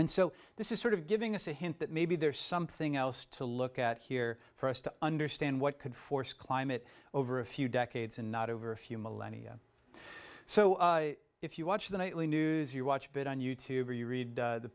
and so this is sort of giving us a hint that maybe there's something else to look at here for us to understand what could force climate over a few decades and not over a few millennia so if you watch the nightly news you watch a bit on you tube or you read the